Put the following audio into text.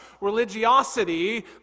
religiosity